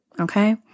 okay